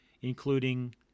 including